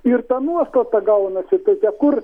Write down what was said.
ir ta nuostata gaunasi tai te kur